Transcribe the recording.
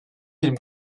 film